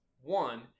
One